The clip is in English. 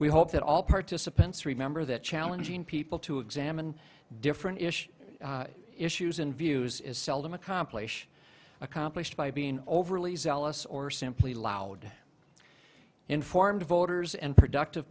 we hope that all participants remember that challenging people to examine different issues issues in views is seldom accomplish accomplished by being overly zealous or simply loud informed voters and productive